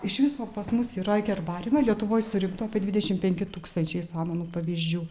iš viso pas mus yra herbariume lietuvoj surinkta apie dvidešimt penki tūkstančiai samanų pavyzdžių